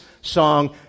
song